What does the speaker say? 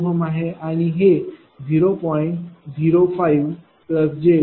0 आहे हे 0